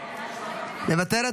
מוותרת.